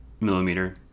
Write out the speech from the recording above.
millimeter